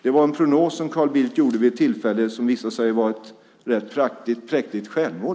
Det var en prognos som Carl Bildt gjorde vid ett tillfälle av vad som visat sig vara ett präktigt självmål.